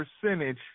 percentage